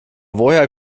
woher